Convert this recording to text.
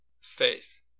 Faith